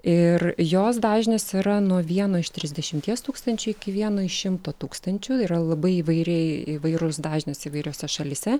ir jos dažnis yra nuo vieno iš trisdešimties tūkstančių iki vieno iš šimto tūkstančių yra labai įvairiai įvairus dažnis įvairiose šalyse